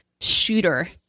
shooter